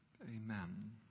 Amen